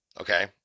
okay